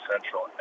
Central